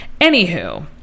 Anywho